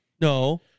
No